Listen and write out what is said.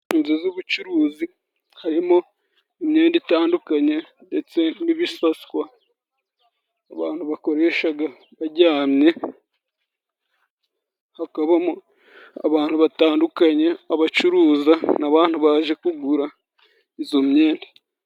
Inzu z'ubucuruzi harimo : imyenda itandukanye ,ndetse n'ibisaswa ,abantu bakoreshaga yajyamye ,hakabamo abantu batandukanye, abacuruza, n'abantu baje kugura izo myenda.